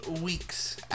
Weeks